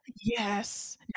yes